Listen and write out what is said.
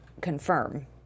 confirm